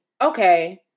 okay